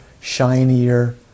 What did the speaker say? shinier